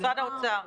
משרד האוצר.